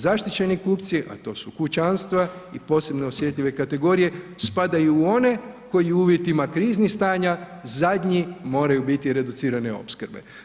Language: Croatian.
Zaštićeni kupci a to su kućanstva i posebno osjetljive kategorije, spadaju u one koje u uvjetima kriznih stanja, zadnji moraju biti reducirane opskrbe.